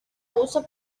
uso